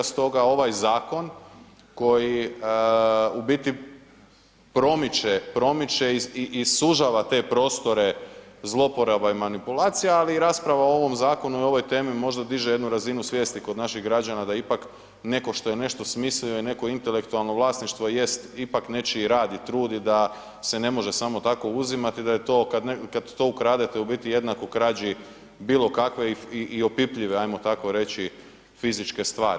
Stoga ovaj zakon koji u biti promiče i sužava te prostore zloporaba i manipulacija, ali rasprava o ovom zakonu i o ovoj temi možda diže jednu razinu svijesti kod naših građana da ipak neko što je neko smislio i neko intelektualno vlasništvo jest ipak nečiji rad i trud i da se ne može samo tako uzimati i da kada to ukradete u biti jednako krađi bilo kakve i opipljive, ajmo tako reći, fizičke stvari.